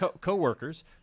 Co-workers